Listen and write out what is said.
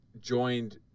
joined